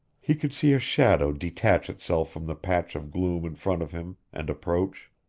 he could see a shadow detach itself from the patch of gloom in front of him and approach.